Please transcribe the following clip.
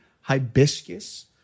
hibiscus